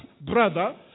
brother